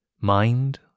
Mind